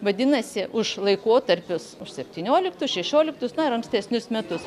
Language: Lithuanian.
vadinasi už laikotarpius už septynioliktus šešioliktus ir ankstesnius metus